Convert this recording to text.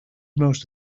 most